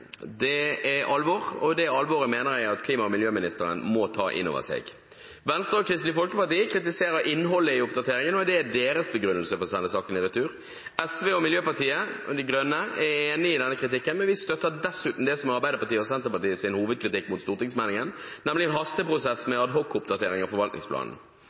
Det er alvor, og det alvoret mener jeg at klima- og miljøministeren må ta inn over seg. Venstre og Kristelig Folkeparti kritiserer innholdet i oppdateringen, og det er deres begrunnelse for å sende saken i retur. SV og Miljøpartiet De Grønne er enige i denne kritikken, men vi støtter dessuten det som er Arbeiderpartiets og Senterpartiets hovedkritikk mot stortingsmeldingen, nemlig en hasteprosess med adhocoppdatering av forvaltningsplanen.